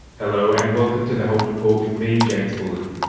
hello, and welcome to the health report with me, james bullen.